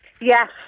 Yes